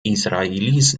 israelis